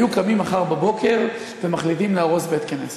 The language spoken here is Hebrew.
היו קמים מחר בבוקר ומחליטים להרוס בית-כנסת,